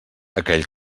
aquell